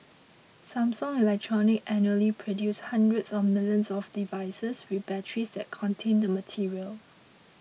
Samsung Electronics annually produces hundreds of millions of devices with batteries that contain the material